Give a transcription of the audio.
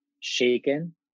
shaken